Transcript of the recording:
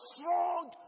strong